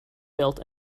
built